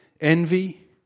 envy